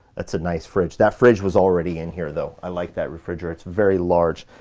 that's a nice fridge. that fridge was already in here, though i like that refrigerator. it's very large.